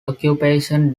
occupation